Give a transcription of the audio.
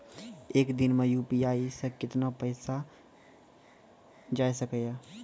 एक दिन मे यु.पी.आई से कितना पैसा जाय सके या?